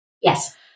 Yes